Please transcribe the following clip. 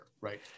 right